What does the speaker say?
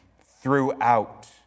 throughout